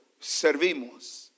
servimos